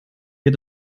wir